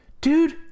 dude